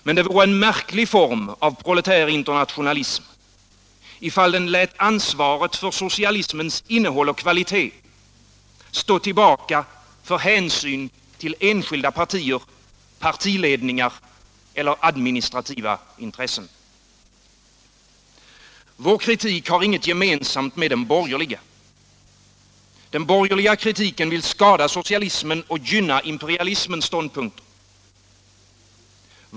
Men det vore en märklig form av proletär internationalism ifall den lät ansvaret för socialismens innehåll och kvalitet stå tillbaka för hänsyn till enskilda partier, partiledningar eller administrativa intressen. Vår kritik har inget gemensamt med den borgerliga. Den borgerliga kritiken vill skada socialismen och gynna imperialismens ståndpunkter.